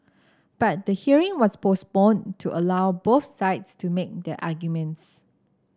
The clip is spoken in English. but the hearing was postponed to allow both sides to make their arguments